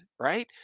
Right